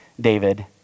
David